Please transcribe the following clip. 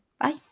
bye